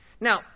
Now